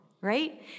right